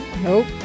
Nope